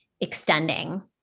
extending